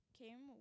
came